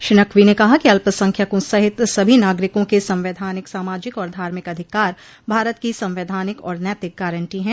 श्री नकवी ने कहा कि अल्पसंख्यकों सहित सभी नागरिकों के संवैधानिक सामाजिक और धार्मिक अधिकार भारत की संवैधानिक और नतिक गारंटी है